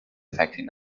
affecting